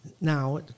now